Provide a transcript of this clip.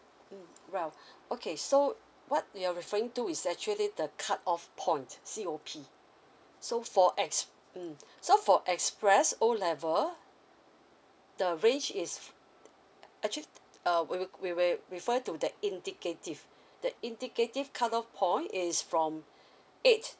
mm right okay so what you're referring to is actually the cut off point C_O_P so for ex~ mm so for express O level the range is actually uh we we will refer to the indicative the indicative cover point is from eight